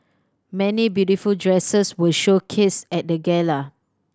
many beautiful dresses were showcased at the gala